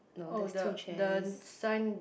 oh the the sign